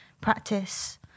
practice